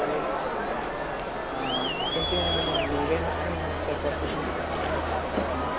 మీ కొంచెం లూజ్ అయినట్టున్నాది సరిపోతుందాండి మీకు ఇది